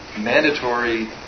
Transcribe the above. mandatory